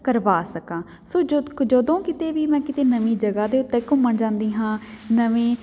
ਕਰਵਾ ਸਕਾਂ ਸੋ ਜਦ ਜਦੋਂ ਕਿਤੇ ਵੀ ਮੈਂ ਕਿਤੇ ਨਵੀਂ ਜਗ੍ਹਾ ਦੇ ਉੱਤੇ ਘੁੰਮਣ ਜਾਂਦੀ ਹਾਂ ਨਵੇਂ